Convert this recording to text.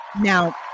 Now